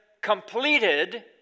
completed